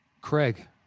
Craig